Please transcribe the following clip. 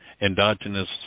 endogenous